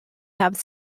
have